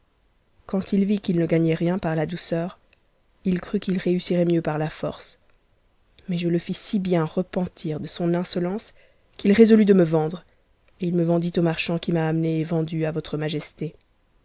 quand il vit qu'il ne gahen par la douceur il crut qu'il réussirait mieux par la force mais le ss si bien repentir de son insolence qu'il résolut de me vendre et il me vendit au marchand qui m'a amenée et vendue à votre majesté